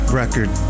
record